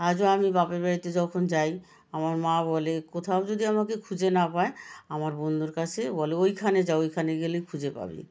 আজও আমি বাপের বাড়িতে যখন যাই আমার মা বলে কোথাও যদি আমাকে খুঁজে না পায় আমার বন্ধুর কাছে বলে ওইখানে যাও ওইখানে গেলে খুঁজে পাবি